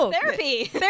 Therapy